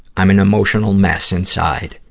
i'm an emotional mess inside.